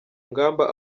ngamba